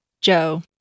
joe